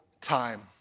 time